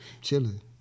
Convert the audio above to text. Chilling